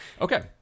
Okay